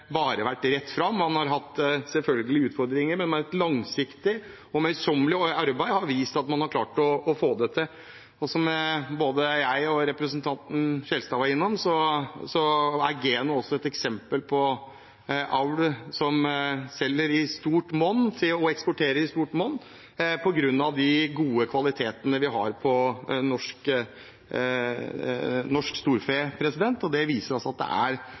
vært rett fram. Man har selvfølgelig hatt utfordringer, men med et langsiktig og møysommelig arbeid har man vist at man har klart å få det til. Og som både jeg og representanten Skjelstad var innom, er Geno et eksempel på avlsprodukter som eksporteres i stort monn på grunn av de gode kvalitetene som norsk storfe har. Det viser at det er kjempepotensial og muligheter. Så det er ikke tvil om at hvis man vil, og hvis man ønsker det